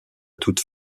toute